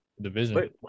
division